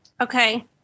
Okay